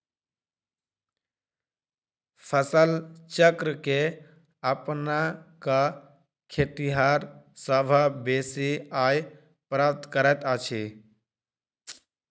फसल चक्र के अपना क खेतिहर सभ बेसी आय प्राप्त करैत छथि